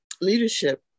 leadership